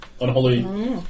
unholy